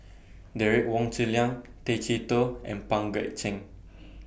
Derek Wong Zi Liang Tay Chee Toh and Pang Guek Cheng